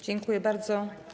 Dziękuję bardzo.